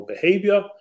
behavior